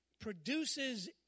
produces